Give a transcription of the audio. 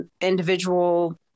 individual